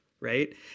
right